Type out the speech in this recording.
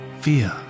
fear